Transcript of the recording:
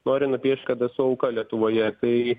nori nupiešt kad esu auka lietuvoje tai